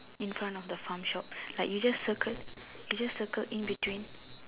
in front of the farm shop like you just circle you just circle in between